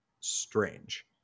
strange